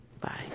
Bye